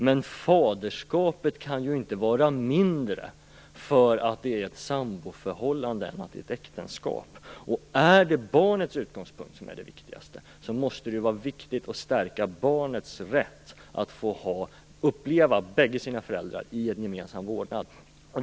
Men faderskapet kan inte vara mindre i ett samboförhållande än i ett äktenskap. Om barnets utgångspunkt är viktigast måste det vara angeläget att stärka barnets rätt att få uppleva bägge sina föräldrar i en gemensam vårdnad.